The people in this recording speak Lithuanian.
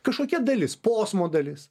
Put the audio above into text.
kažkokia dalis posmo dalis